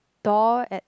door at